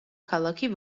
ქალაქი